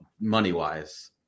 money-wise